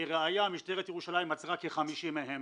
לראיה, משטרת ירושלים עצרה כ-50 מהם.